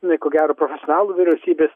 inai ko gero profesionalų vyriausybės